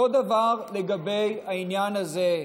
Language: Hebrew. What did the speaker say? אותו דבר לגבי העניין הזה.